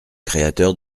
créateurs